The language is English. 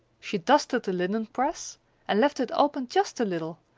she dusted the linen press and left it open just a little,